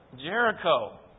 Jericho